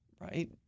right